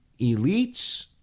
elites